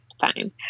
Fine